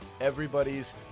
everybody's